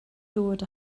dod